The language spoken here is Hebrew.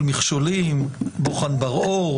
זה שהשופטים יגיעו לאולמות מעצרים בבתי הכלא.